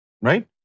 right